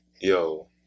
yo